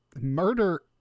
murder